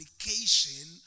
application